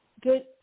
Good